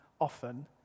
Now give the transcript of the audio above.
often